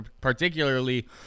particularly